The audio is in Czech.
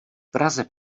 praze